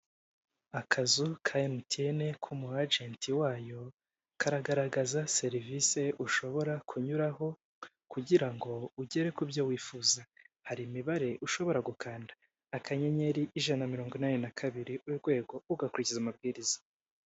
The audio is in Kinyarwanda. Akazu ka emutiyeni k'umu agenti wayo karagaragaza serivisi ushobora kunyuraho kugira ngo ugere ku byo wifuza hari imibare ushobora gukanda, akannyeri ijana na mirongo inani na kabiri urwego ugakurikiza amabwiriza.